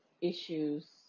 issues